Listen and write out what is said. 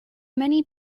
many